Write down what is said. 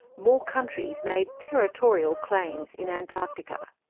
more countries made territorial claims in antarctica.